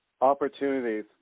opportunities